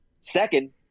Second